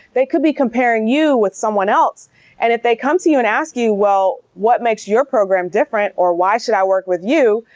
they could be comparing you with someone else and if they come to you and ask you, well, well, what makes your program different? or why should i work with you?